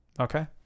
okay